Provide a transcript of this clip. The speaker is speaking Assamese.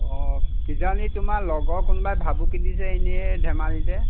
অঁ কিজানি তোমাৰ লগৰ কোনোবাই ভাবুিছে এনেই ধেমালিতে